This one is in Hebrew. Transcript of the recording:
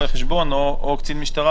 רואה חשבון או קצין משטרה,